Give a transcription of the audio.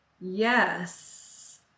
Yes